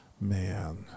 Man